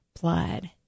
blood